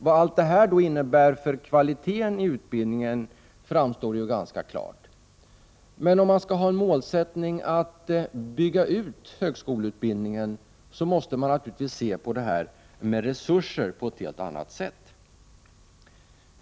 Vad allt detta innebär för kvaliteten på utbildningen framstår ganska klart. Om målsättningen skall vara att högskoleutbildningen skall byggas ut, måste man naturligtvis se på detta med resurser på ett helt annat sätt.